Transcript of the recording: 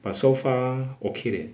but so far okay leh